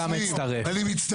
אני גם מצטרף.